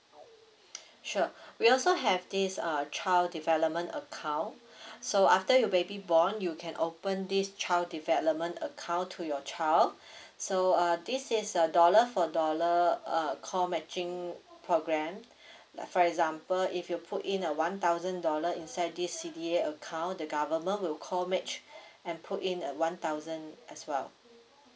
sure we also have this uh child development account so after your baby born you can open this child development account to your child so uh this is a dollar for dollar uh co matching program like for example if you put in a one thousand dollar inside this C_D_A account the government will co match and put in a one thousand as well